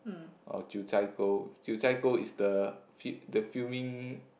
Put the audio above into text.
or Jiu Zhai Gou Jiu Zhai Gou is the fi~ the filming